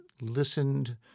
listened